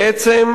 בעצם,